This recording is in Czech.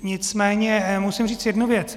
Nicméně musím říct jednu věc.